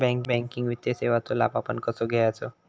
Banking वित्तीय सेवाचो लाभ आपण कसो घेयाचो?